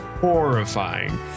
horrifying